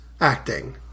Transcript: acting